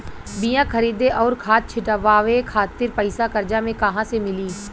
बीया खरीदे आउर खाद छिटवावे खातिर पईसा कर्जा मे कहाँसे मिली?